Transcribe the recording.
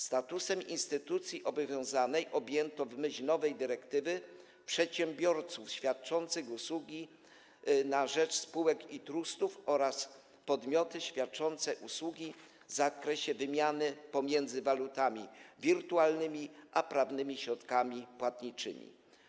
Statusem instytucji obowiązanej objęto, w myśl nowej dyrektywy, przedsiębiorców świadczących usługi na rzecz spółek i trustów oraz podmioty świadczące usługi w zakresie wymiany pomiędzy walutami wirtualnymi a prawnymi środkami płatniczymi.